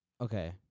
Okay